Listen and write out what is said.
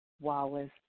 Wallace